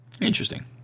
Interesting